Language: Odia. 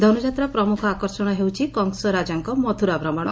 ଧନୁଯାତ୍ରା ପ୍ରମୁଖ ଆକର୍ଷଣ ହେଉଛି କଂସ ରାଜାଙ୍କ ମଥୁରା ଭ୍ରମଣ